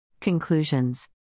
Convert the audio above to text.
Conclusions